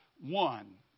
one